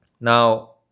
Now